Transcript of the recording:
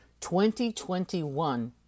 2021